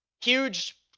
Huge